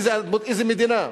איזה מדינה?